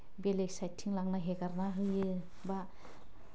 बेलेग साइटथिं लांना हेगारना होयो बा